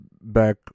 back